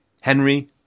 Henry